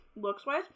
looks-wise